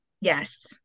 yes